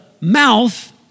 mouth